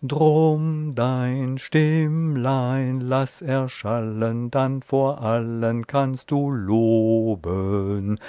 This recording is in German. dein stimmlein laß erschallen dann vor allen kannst du loben